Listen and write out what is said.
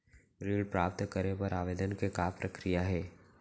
ऋण प्राप्त करे बर आवेदन के का प्रक्रिया हे?